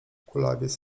kulawiec